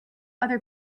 other